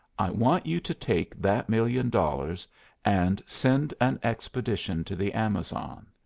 i want you to take that million dollars and send an expedition to the amazon.